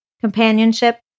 companionship